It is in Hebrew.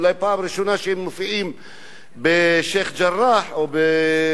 אולי זו הפעם הראשונה שהם מופיעים בשיח'-ג'ראח או במזרח-ירושלים,